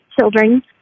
children